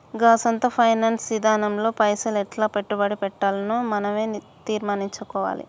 గా సొంత ఫైనాన్స్ ఇదానంలో పైసలు ఎట్లా పెట్టుబడి పెట్టాల్నో మనవే తీర్మనించుకోవాల